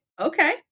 Okay